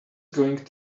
going